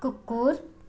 कुकुर